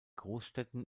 großstädten